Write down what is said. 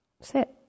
sit